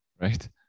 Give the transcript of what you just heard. Right